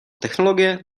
technologie